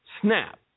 snap